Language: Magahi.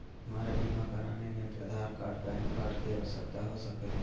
हमरा बीमा कराने में आधार कार्ड पैन कार्ड की आवश्यकता हो सके ला?